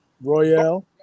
Royale